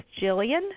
Jillian